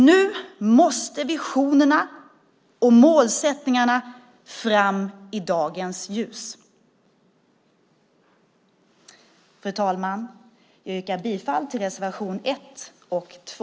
Nu måste visionerna och målsättningarna fram i dagens ljus. Fru talman! Jag yrkar bifall till reservation 1 och 2.